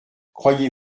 croyez